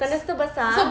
tandas tu besar